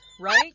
Right